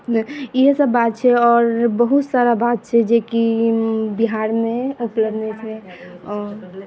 इहे सब बात छै आओर बहुत सारा बात छै जेकि बिहारमे उपलब्ध नहि छै